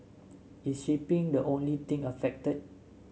is shipping the only thing affected